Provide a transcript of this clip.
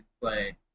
play